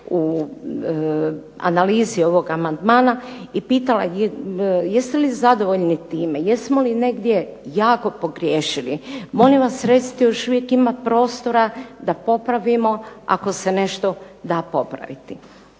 u analizi ovog amandmana i pitali jesu li zadovoljni time, jesmo li negdje jako pogriješili, molim vas recite još uvijek ima prostora da popravimo ako se da nešto popraviti.